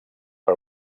per